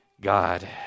God